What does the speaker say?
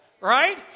Right